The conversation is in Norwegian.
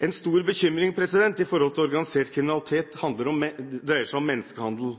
En stor bekymring med hensyn til organisert kriminalitet dreier seg om menneskehandel.